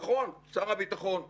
נכון, שר הביטחון הסכים,